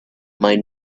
may